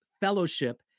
fellowship